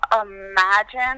imagine